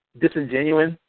disingenuous